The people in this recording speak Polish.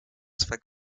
swe